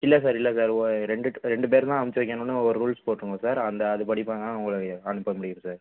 இல்லை சார் இல்லை சார் ஓ ரெண்டுட்டு ரெண்டு பேர் தான் அமுச்சி வெக்கணும்ன்னு ஒரு ரூல்ஸ் போட்டிருக்கோம் சார் அந்த அது படி பார்த்தா உங்களையே அனுப்ப முடியும் சார்